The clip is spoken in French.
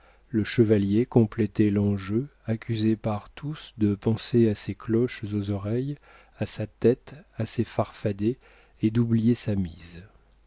le chevalier complétait l'enjeu accusé par tous de penser à ses cloches aux oreilles à sa tête à ses farfadets et d'oublier sa mise